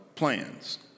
plans